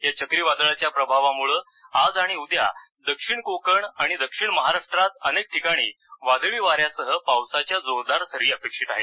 या चक्रीवादळाच्या प्रभावामुळे आज आणि उद्या दक्षिण कोकण आणि दक्षिण महाराष्ट्रात अनेक ठिकाणी वादळी वाऱ्यासह पावसाच्या जोरदार सरी अपेक्षित आहेत